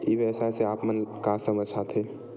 ई व्यवसाय से आप ल का समझ आथे?